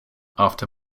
after